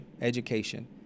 education